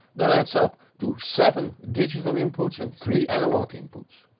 that adds up to seven digital inputs and three analog inputs.